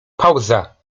pauza